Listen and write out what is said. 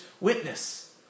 witness